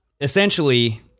essentially